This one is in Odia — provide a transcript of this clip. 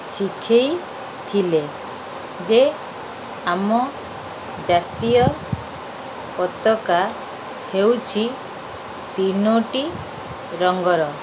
ଶିଖାଇଥିଲେ ଯେ ଆମ ଜାତୀୟ ପତକା ହେଉଛି ତିନୋଟି ରଙ୍ଗର